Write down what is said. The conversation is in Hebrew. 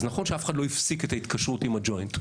אז נכון שאף אחד לא הפסיק את ההתקשרות עם הג׳וינט,